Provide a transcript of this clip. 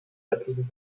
örtlichen